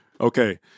Okay